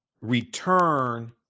return